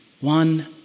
one